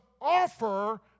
offer